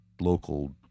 local